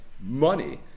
money